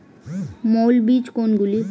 মৌল বীজ কোনগুলি?